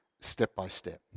step-by-step